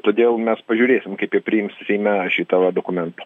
todėl mes pažiūrėsim kaip jie priimsim seime šitą va dokumentą